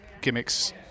gimmicks